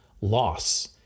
loss